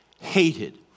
hated